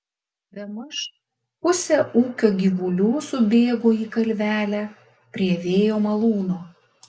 bemaž pusė ūkio gyvulių subėgo į kalvelę prie vėjo malūno